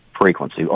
frequency